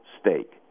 stake